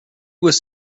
was